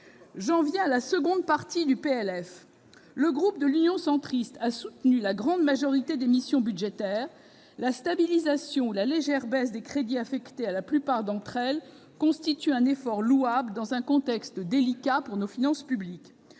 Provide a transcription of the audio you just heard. J'en viens à la seconde partie du projet de loi de finances. Le groupe Union Centriste a soutenu l'adoption de la grande majorité des missions budgétaires. La stabilisation ou la légère baisse des crédits consacrés à la plupart d'entre elles constitue un effort louable dans un contexte délicat pour nos finances publiques.